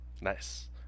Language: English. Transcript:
Nice